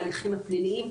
ההליכים הפליליים,